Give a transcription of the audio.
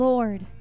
Lord